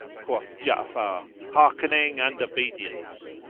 quoth ja'afar, hearkening and obedience!